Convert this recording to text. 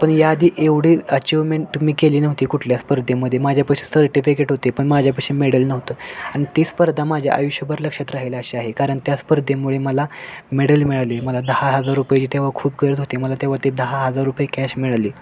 पण आधी एवढी अचीवमेंट मी केली नव्हती कुठल्या स्पर्धेमध्ये माझ्यापाशी सर्टिफिकेट होते पण माझ्यापाशी मेडल नव्हतं आणि ती स्पर्धा माझ्या आयुष्यभर लक्षात राहिले अशी आहे कारण त्या स्पर्धेमुळे मला मेडल मिळाली मला दहा हजार रुपये ही तेव्हा खूप गरज होती मला तेव्हा ते दहा हजार रुपये कॅश मिळाली